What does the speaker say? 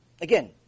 Again